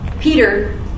Peter